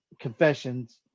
confessions